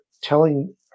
telling